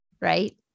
Right